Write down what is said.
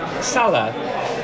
Salah